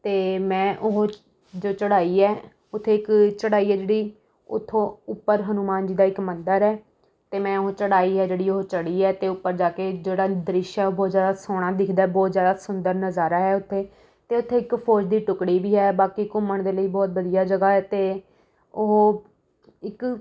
ਅਤੇ ਮੈਂ ਉਹ ਜੋ ਚੜ੍ਹਾਈ ਹੈ ਉੱਥੇ ਇੱਕ ਚੜ੍ਹਾਈ ਹੈ ਜਿਹੜੀ ਉੱਥੋਂ ਉੱਪਰ ਹਨੂੰਮਾਨ ਜੀ ਦਾ ਇੱਕ ਮੰਦਰ ਹੈ ਅਤੇ ਮੈਂ ਉਹ ਚੜ੍ਹਾਈ ਹੈ ਜਿਹੜੀ ਉਹ ਚੜ੍ਹੀ ਹੈ ਅਤੇ ਉੱਪਰ ਜਾ ਕੇ ਜਿਹੜਾ ਦ੍ਰਿਸ਼ ਹੈ ਉਹ ਬਹੁਤ ਜ਼ਿਆਦਾ ਸੋਹਣਾ ਦਿਖਦਾ ਬਹੁਤ ਜ਼ਿਆਦਾ ਸੁੰਦਰ ਨਜ਼ਾਰਾ ਹੈ ਉੱਥੇ ਅਤੇ ਉੱਥੇ ਇੱਕ ਫੌਜ ਦੀ ਟੁੱਕੜੀ ਵੀ ਹੈ ਬਾਕੀ ਘੁੰਮਣ ਦੇ ਲਈ ਬਹੁਤ ਵਧੀਆ ਜਗ੍ਹਾ ਹੈ ਅਤੇ ਉਹ ਇੱਕ